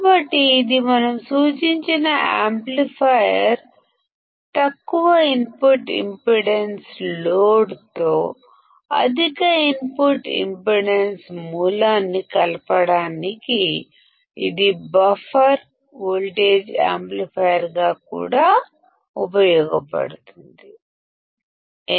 కాబట్టి ఇది మన సూచిత యాంప్లిఫైయర్ ఇది అధిక ఇన్పుట్ ఇంపిడెన్స్ సోర్స్ తో తక్కువ అవుట్పుట్ ఇంపిడెన్స్ లోడ్ ని కలపడానికి బఫర్ వోల్టేజ్ యాంప్లిఫైయర్గా కూడా ఉపయోగించబడుతుంది ఎందుకు